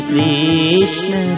Krishna